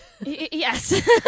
Yes